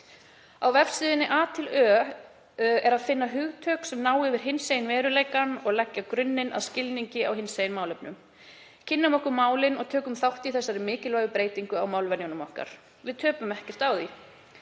A (eða otila.is) er að finna hugtök sem ná yfir hinsegin veruleikann og leggja grunninn að skilningi á hinsegin málefnum. Kynnum okkur málin og tökum þátt í þessari mikilvægu breytingu á málvenjum okkar. Við töpum ekkert á því.